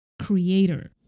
creator